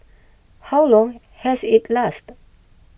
how long has it lasted